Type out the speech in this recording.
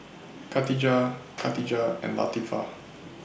Khatijah Katijah and Latifa